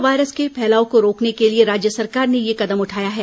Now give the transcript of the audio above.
corona virus के फैलाव को रोकने के लिए राज्य सरकार ने यह कदम उठाया है